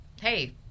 hey